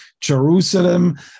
Jerusalem